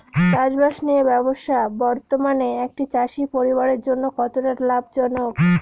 চাষবাষ নিয়ে ব্যবসা বর্তমানে একটি চাষী পরিবারের জন্য কতটা লাভজনক?